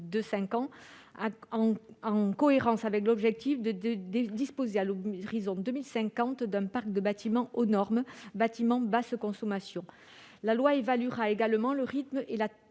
de cinq ans, en cohérence avec l'objectif de disposer à l'horizon 2050 d'un parc de bâtiments basse consommation aux normes. La loi évaluera également le rythme et la